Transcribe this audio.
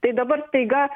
tai dabar staiga